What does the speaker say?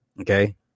Okay